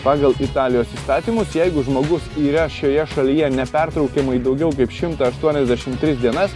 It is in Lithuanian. pagal italijos įstatymus jeigu žmogus yra šioje šalyje nepertraukiamai daugiau kaip šimtą aštuoniasdešim tris dienas